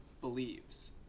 believes